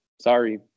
Sorry